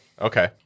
Okay